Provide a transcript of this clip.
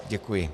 Děkuji.